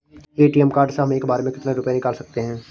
ATM card से हम एक बार में कितने रुपये निकाल सकते हैं?